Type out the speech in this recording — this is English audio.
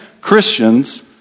Christians